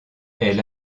elle